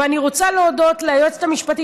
ואני רוצה להודות ליועצת המשפטית,